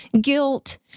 guilt